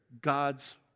God's